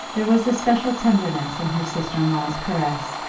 there was a special tenderness in her sister-in-law's caress,